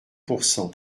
pourcent